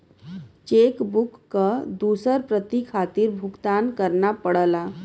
check book क दूसर प्रति खातिर भुगतान करना पड़ला